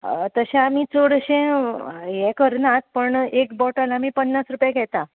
तशें आमी चडशें हें करनात पूण एक बॉटल आमी पन्नास रुपया घेता हय